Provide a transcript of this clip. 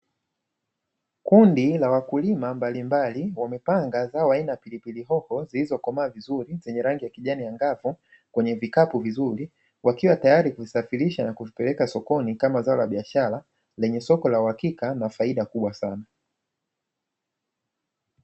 Kundi la wakulima mbalimbali, wamepanga zao aina ya pilipili hoho zilizokomaa vizuri zenye rangi ya kijani angavu, kwenye vikapu vizuri wakiwa tayari kuvisafilisha na kuvipeleka sokoni kama zao la biashara lenye soko la uhakika na faida kubwa sana.